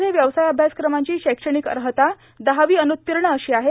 मध्ये व्यवसाय अभ्यासक्रमांची शैक्षणिक अर्हता दहवी अनुत्तीर्ण अश्वी आहे